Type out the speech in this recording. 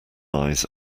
eyes